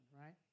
right